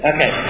Okay